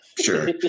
sure